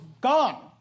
gone